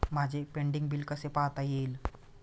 माझे pending bill कसे पाहता येईल?